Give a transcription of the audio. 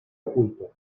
oculto